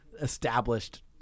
established